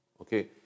okay